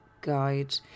guide